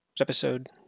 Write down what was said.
episode